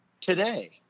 today